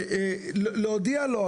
להודיע לו,